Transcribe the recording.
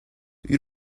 you